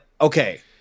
okay